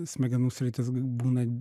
smegenų sritis g būna